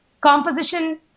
composition